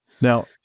Now